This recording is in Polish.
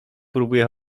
próbuje